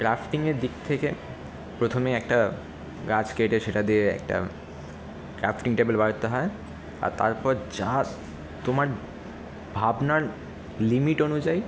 ক্রাফটিংয়ের দিক থেকে প্রথমে একটা গাছ কেটে সেটা দিয়ে একটা ক্রাফ্টিং টেবিল বানাতে হয় আর তারপর যা তোমার ভাবনার লিমিট অনুযায়ী